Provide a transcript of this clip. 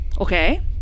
Okay